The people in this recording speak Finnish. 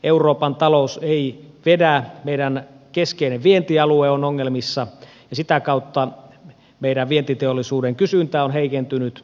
euroopan talous ei vedä meidän keskeinen vientialueemme on ongelmissa ja sitä kautta meidän vientiteollisuutemme kysyntä on heikentynyt